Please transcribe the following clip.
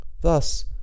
Thus